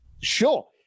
Sure